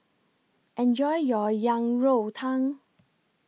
Enjoy your Yang Rou Tang